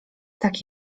tak